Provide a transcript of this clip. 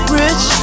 rich